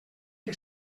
què